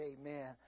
amen